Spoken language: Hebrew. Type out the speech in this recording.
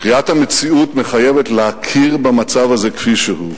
קריאת המציאות מחייבת להכיר במצב הזה כפי שהוא.